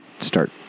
start